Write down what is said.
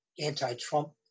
anti-Trump